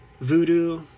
Voodoo